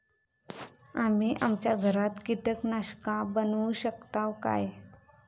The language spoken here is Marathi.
आम्ही आमच्या घरात कीटकनाशका बनवू शकताव काय?